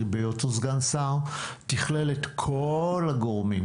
שבהיותו סגן שר תכלל את כל הגורמים.